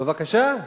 בבקשה.